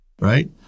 right